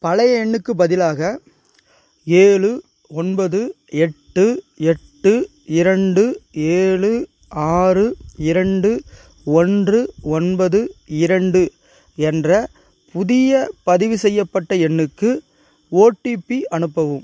பழைய எண்ணுக்கு பதிலாக ஏழு ஒன்பது எட்டு எட்டு இரண்டு ஏழு ஆறு இரண்டு ஒன்று ஒன்பது இரண்டு என்ற புதிய பதிவுசெய்யப்பட்ட எண்ணுக்கு ஓடிபி அனுப்பவும்